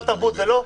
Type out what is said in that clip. מוסד תרבות זה לא?